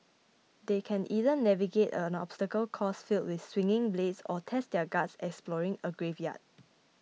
they can either navigate an obstacle course filled with swinging blades or test their guts exploring a graveyard